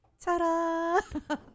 ta-da